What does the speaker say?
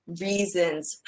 reasons